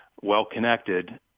well-connected